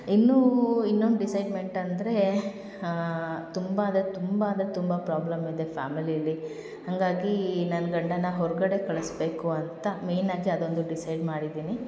ಇನ್ನೂ ಇನ್ನೊಂದು ಡಿಸೈಡ್ಮೆಂಟ್ ಅಂದರೆ ತುಂಬ ಅಂದರೆ ತುಂಬ ಅಂದರೆ ತುಂಬ ಪ್ರಾಬ್ಲಮ್ ಇದೆ ಫ್ಯಾಮಿಲಿಯಲ್ಲಿ ಹಾಗಾಗಿ ನನ್ನ ಗಂಡನ್ನ ಹೊರಗಡೆ ಕಳಿಸ್ಬೇಕು ಅಂತ ಮೇನ್ ಆಗಿ ಅದೊಂದು ಡಿಸೈಡ್ ಮಾಡಿದ್ದೀನಿ